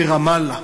ברמאללה.